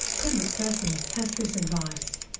klim mcpherson has this advice.